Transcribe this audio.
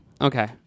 Okay